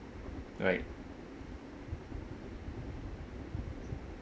right